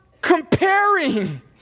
comparing